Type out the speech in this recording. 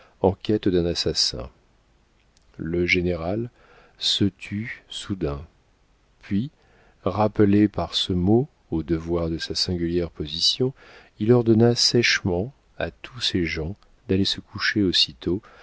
en quête d'un assassin le général se tut soudain puis rappelé par ce mot aux devoirs de sa singulière position il ordonna sèchement à tous ses gens d'aller se coucher aussitôt